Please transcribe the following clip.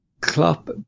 Klopp